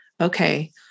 okay